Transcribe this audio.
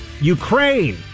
Ukraine